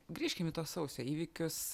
grįžkim į tuos sausio įvykius